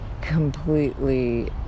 completely